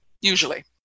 usually